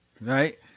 Right